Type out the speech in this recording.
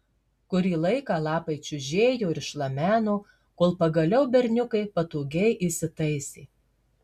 kurį laiką lapai čiužėjo ir šlameno kol pagaliau berniukai patogiai įsitaisė